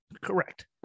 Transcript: Correct